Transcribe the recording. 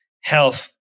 health